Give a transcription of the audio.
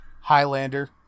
Highlander